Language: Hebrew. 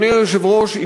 אדוני היושב-ראש,